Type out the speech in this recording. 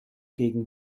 gegen